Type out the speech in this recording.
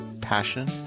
passion